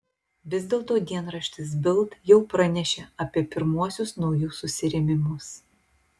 vis dėlto dienraštis bild jau pranešė apie pirmuosius naujus susirėmimus